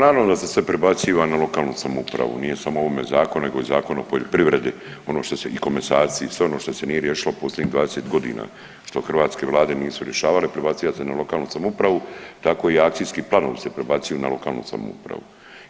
Pa naravno da se sve prebaciva na lokalnu samoupravu nije samo o ovome zakonu nego i Zakonu o poljoprivredi ono što se i komasaciji, sve ono što se nije riješilo posljednjih 20 godina što hrvatske vlade nisu rješavale prebaciva se na lokalnu samoupravu tako i akcijski planovi se prebacuju na lokalnu samoupravu.